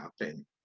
happen